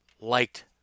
liked